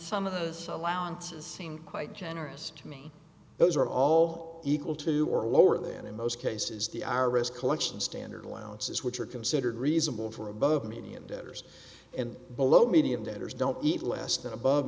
some of those allowances seem quite generous to me those are all equal to or lower than in most cases the iris collection standard allowances which are considered reasonable for above median debtors and below median debtors don't eat less than above